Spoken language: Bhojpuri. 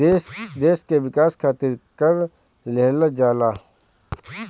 देस के विकास खारित कर लेहल जाला